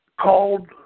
called